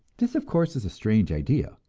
this, of course, is a strange idea,